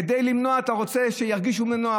כי אתה רוצה שירגישו בנוח.